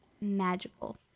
magical